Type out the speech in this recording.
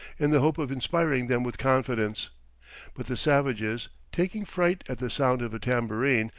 in the hope of inspiring them with confidence but the savages, taking fright at the sound of a tambourine,